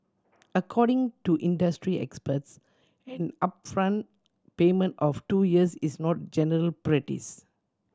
according to industry experts an upfront payment of two years is not general practice